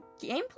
gameplay